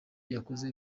yakuze